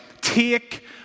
take